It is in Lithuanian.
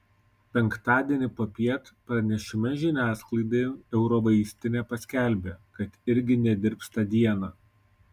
penktadienį popiet pranešime žiniasklaidai eurovaistinė paskelbė kad irgi nedirbs tą dieną